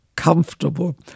comfortable